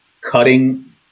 cutting